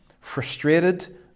frustrated